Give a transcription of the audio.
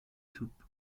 توپ